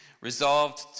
resolved